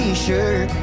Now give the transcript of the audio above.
T-shirt